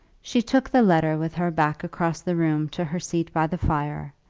she took the letter with her, back across the room to her seat by the fire,